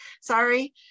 sorry